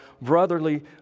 brotherly